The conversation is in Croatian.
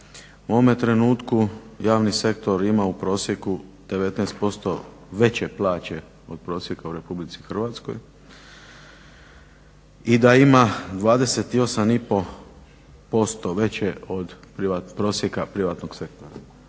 u ovome trenutku javni sektor ima u prosjeku 19% veće plaće od prosjeka u Republici Hrvatskoj i da ima 28,5% veće od prosjeka privatnog sektora.